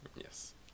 Yes